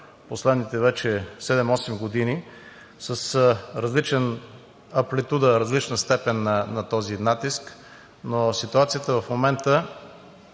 последните вече 7 8 години с различна амплитуда, различна степен на натиск. Ситуацията в момента